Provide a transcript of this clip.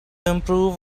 improve